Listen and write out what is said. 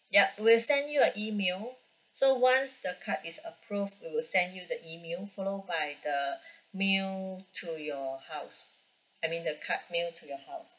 yup we'll send you a email so once the card is approve we will send you the email follow by the mail to your house I mean the card mail to your house